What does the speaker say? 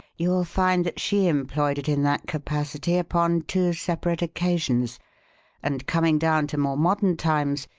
you will find that she employed it in that capacity upon two separate occasions and coming down to more modern times,